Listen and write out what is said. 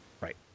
Right